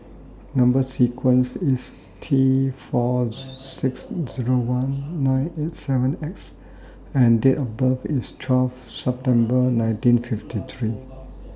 Number sequence IS T four six Zero one nine eight seven X and Date of birth IS twelve September nineteen fifty three